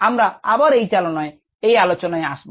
আমরা আবার এই আলোচনায় আসব